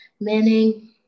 meaning